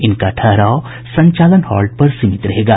इनका ठहराव संचालन हॉल्ट पर सीमित रहेगा